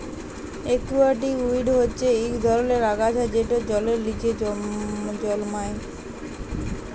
aquatic weed হচ্যে ইক ধরলের আগাছা যেট জলের লিচে জলমাই